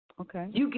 okay